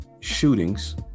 shootings